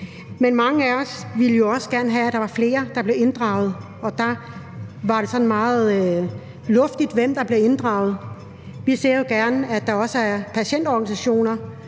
mange af os ville jo også gerne have, at der var flere, der blev inddraget, og der var det sådan meget luftigt, hvem der blev inddraget. Vi ser jo gerne, at der også er patientorganisationer,